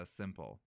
simple